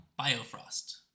Biofrost